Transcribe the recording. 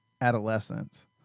adolescence